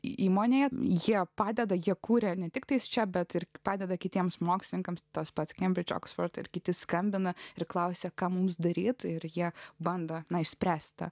įmonėje jie padeda jie kūrė ne tik tai čia bet ir padeda kitiems mokslininkams tas pats kembridžo oksfordo ir kiti skambina ir klausia ką mums daryti ir jie bando išspręsti